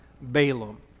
Balaam